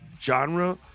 genre